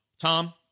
Tom